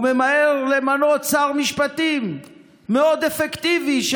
הוא ממהר למנות שר משפטים אפקטיבי מאוד,